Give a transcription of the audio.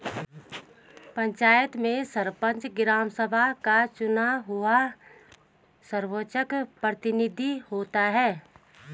पंचायत में सरपंच, ग्राम सभा का चुना हुआ सर्वोच्च प्रतिनिधि होता है